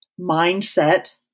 mindset